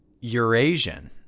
Eurasian